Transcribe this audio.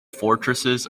fortresses